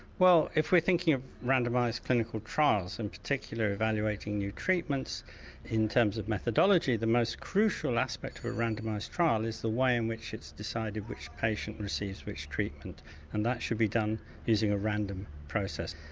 well if we're thinking of randomised clinical trials in particular evaluating new treatments in terms of methodology the most crucial aspect of a randomised trial is the way in which it's decided which patient receives which treatment and that should be done using a random process.